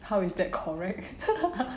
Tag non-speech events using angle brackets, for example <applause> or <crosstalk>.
how is that correct <laughs>